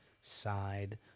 side